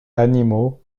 animaux